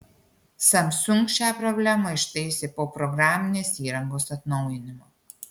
samsung šią problemą ištaisė po programinės įrangos atnaujinimo